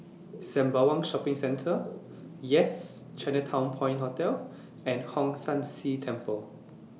Sembawang Shopping Centre Yes Chinatown Point Hotel and Hong San See Temple